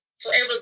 forever